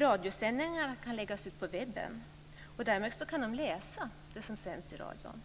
Radiosändningar kan läggas ut på webben, och därmed kan hörselskadade läsa det som sänds i radion.